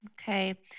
Okay